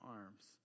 arms